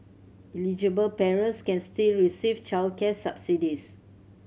eligible parents can still receive childcare subsidies